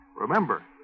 Remember